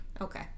Okay